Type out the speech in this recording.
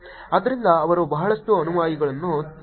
ಆದ್ದರಿಂದ ಅವರು ಬಹಳಷ್ಟು ಅನುಯಾಯಿಗಳನ್ನು ಗಳಿಸುತ್ತಾರೆ